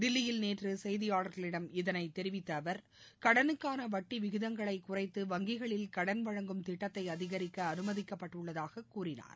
தில்லியில் நேற்று செய்தியாளர்களிடம் இதைத் தெரிவித்த அவர் கடனுக்கான வட்டி விகிதங்களைக் குறைத்து வங்கிகளில் கடன் வழங்கும் திட்டத்தை அதிகரிக்க அனுமதிக்கப்பட்டுள்ளதாக கூறினார்